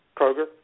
Kroger